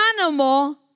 animal